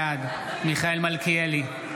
בעד מיכאל מלכיאלי,